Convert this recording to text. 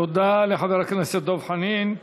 תודה לחבר הכנסת דב חנין.